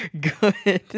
good